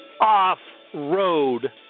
Off-Road